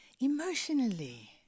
emotionally